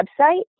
website